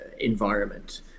environment